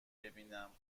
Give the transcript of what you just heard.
ببینم